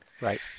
Right